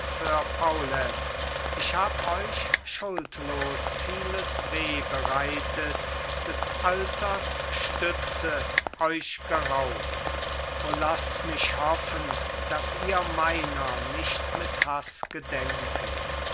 ich hab euch schuldlos vieles weh bereitet des alters stütze euch geraubt o laßt mich hoffen daß ihr meiner nicht mit haß gedenket